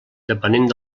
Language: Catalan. depenent